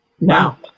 Now